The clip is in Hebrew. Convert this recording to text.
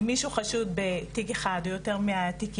אם מישהו חשוד בתיק אחד או יותר מהתיקים,